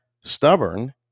stubborn